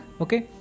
okay